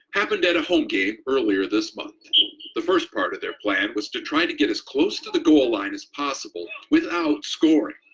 happened at a home game earlier this the first part of their plan was to try to get as close to the goal line as possible without scoring,